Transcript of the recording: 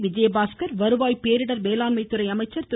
இதில் விஜயபாஸ்கர் வருவாய் பேரிடர் மேலாண்மை துறை அமைச்சர் திரு